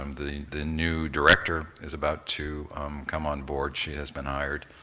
um the the new director is about to come on board, she has been hired.